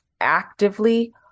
actively